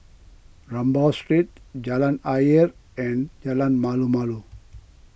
Rambau Street Jalan Ayer and Jalan Malu Malu